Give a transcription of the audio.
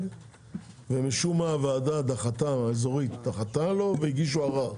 ומשום מה הוועדה האזורית דחתה והגישו ערר.